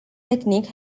technique